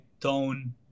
tone